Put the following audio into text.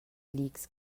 leagues